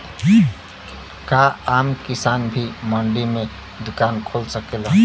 का आम किसान भी मंडी में दुकान खोल सकेला?